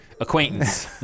acquaintance